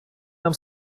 нам